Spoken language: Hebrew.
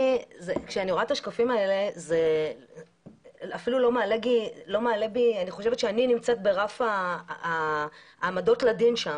אני רואה את השקפים האלה ואני חושבת שאני נמצאת ברף העמדות לדין שם.